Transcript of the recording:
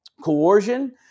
coercion